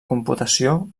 computació